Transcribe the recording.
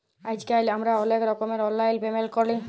আইজকাল আমরা অলেক রকমের অললাইল পেমেল্ট ক্যরি